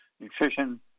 nutrition